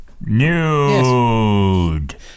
Nude